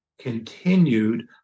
Continued